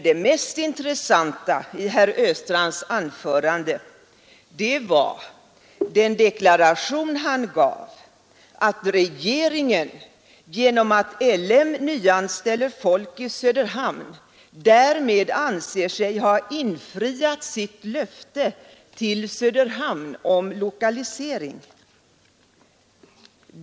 Det mest intressanta i herr Östrands anförande var emellertid den deklaration han gav, att genom att L M Ericsson nyanställer folk i Söderhamn regeringen därmed anser sig ha infriat sitt löfte till Söderhamn om lokalisering dit.